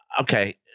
okay